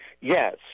Yes